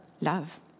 love